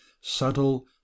subtle